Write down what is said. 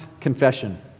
confession